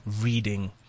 reading